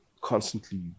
constantly